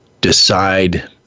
decide